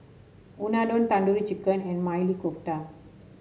Unadon Tandoori Chicken and Maili Kofta